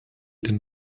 den